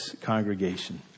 congregation